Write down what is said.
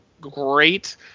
great